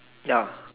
ya